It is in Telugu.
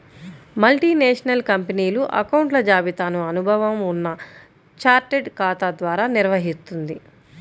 మల్టీనేషనల్ కంపెనీలు అకౌంట్ల జాబితాను అనుభవం ఉన్న చార్టెడ్ ఖాతా ద్వారా నిర్వహిత్తుంది